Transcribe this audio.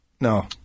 No